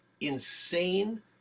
insane